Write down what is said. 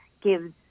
gives